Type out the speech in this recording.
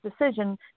decision